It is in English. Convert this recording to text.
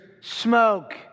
smoke